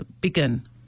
begin